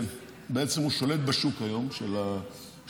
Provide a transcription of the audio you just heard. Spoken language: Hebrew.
שבעצם הוא שולט היום בשוק של החדשות,